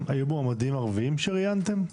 היו מועמדים ערבים שראיינתם?